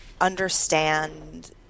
understand